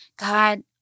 God